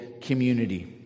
community